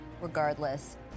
regardless